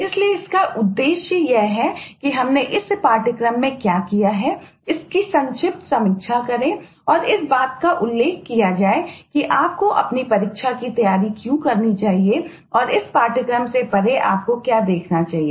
इसलिए इसका उद्देश्य यह है कि हमने इस पाठ्यक्रम में क्या किया है इसकी संक्षिप्त समीक्षा करें और इस बात का उल्लेख किया जाए कि आपको अपनी परीक्षा की तैयारी क्यों करनी चाहिए और इस पाठ्यक्रम से परे आपको क्या देखना चाहिए